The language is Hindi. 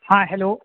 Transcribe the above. हाँ हैलो